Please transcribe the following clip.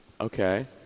Okay